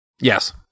Yes